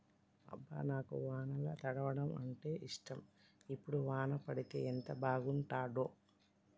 అబ్బ నాకు వానల తడవడం అంటేఇష్టం ఇప్పుడు వాన పడితే ఎంత బాగుంటాడో